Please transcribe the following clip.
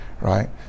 right